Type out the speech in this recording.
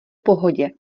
pohodě